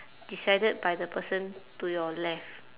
decided by the person to your left